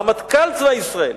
רמטכ"ל צבא ישראל.